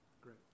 Great